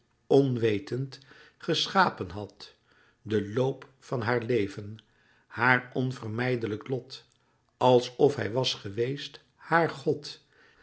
onwetend geschapen had den loop van haar leven haar onvermijdelijk lot alsof hij was geweest haar god